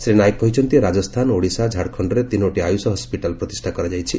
ଶ୍ରୀ ନାୟକ କହିଛନ୍ତି ରାଜସ୍ଥାନ ଓଡ଼ିଶା ଓ ଝାଡ଼ଖଣ୍ଡରେ ତିନୋଟି ଆୟୁଷ ହସ୍କିଟାଲ୍ ପ୍ରତିଷ୍ଠା କରାଯାଇଛି